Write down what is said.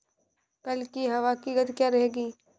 कल की हवा की गति क्या रहेगी?